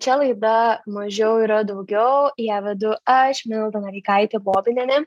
čia laida mažiau yra daugiau ją vedu aš milda noreikaitė bobinienė